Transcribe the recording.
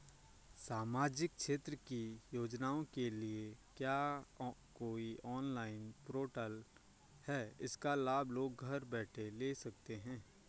सामाजिक क्षेत्र की योजनाओं के लिए क्या कोई ऑनलाइन पोर्टल है इसका लाभ लोग घर बैठे ले सकते हैं?